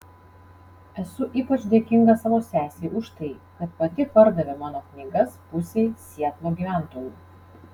esu ypač dėkinga savo sesei už tai kad pati pardavė mano knygas pusei sietlo gyventojų